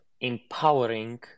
empowering